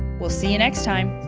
we'll see you next time,